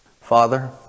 Father